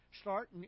start